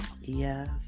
Yes